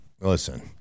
listen